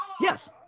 Yes